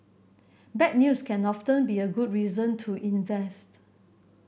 bad news can often be a good reason to invest